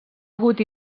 hagut